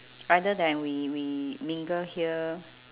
rather than we we linger here